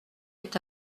est